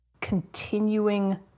continuing